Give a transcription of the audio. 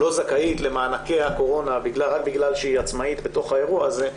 לא זכאית למענקי הקורונה רק בגלל שהיא עצמאית בתוך האירוע הזה,